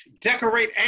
decorate